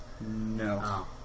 No